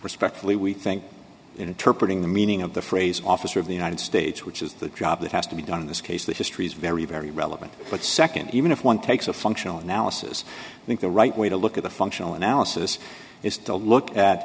respectfully we think interpret the meaning of the phrase officer of the united states which is the job that has to be done in this case that history is very very relevant but nd even if one takes a functional analysis i think the right way to look at a functional analysis is to look at